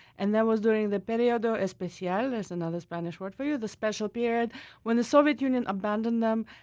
and that was during the periodo especial there's another spanish word for you. the special period when the soviet union abandoned them,